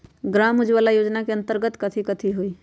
ग्राम उजाला योजना के अंतर्गत कथी कथी होई?